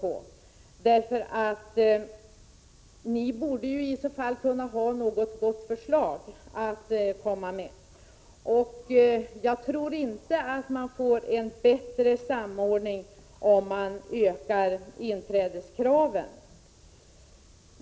Ni borde, med tanke på att ni reserverat er, kunna ha något gott förslag att lägga fram. Jag tror inte att man får en bättre samordning om man ökar inträdeskraven.